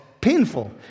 painful